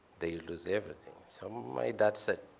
they'll lose everything. so my dad said,